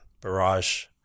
barrage